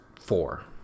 four